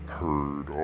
heard